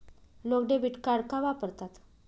लोक debit card का वापरतात?